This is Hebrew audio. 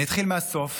אני אתחיל מהסוף.